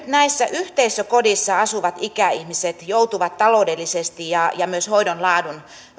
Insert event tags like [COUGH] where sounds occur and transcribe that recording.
[UNINTELLIGIBLE] näissä yhteisökodeissa asuvat ikäihmiset joutuvat taloudellisesti ja ja myös hoidon laadun